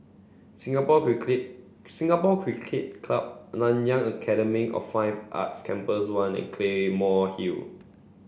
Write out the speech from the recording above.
Singapore Cricket Singapore Cricket Club Nanyang Academy of Fine Arts Campus One and Claymore Hill